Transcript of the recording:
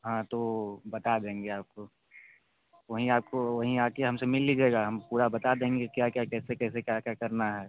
हाँ तो बता देंगे आपको वहीं आपको वहीं आकार हमसे मिल लीजिएगा हम पूरा बता देंगे क्या क्या कैसे कैसे क्या क्या करना है